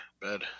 bed